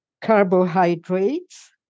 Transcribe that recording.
carbohydrates